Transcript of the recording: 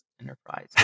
Enterprise